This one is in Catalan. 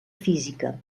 física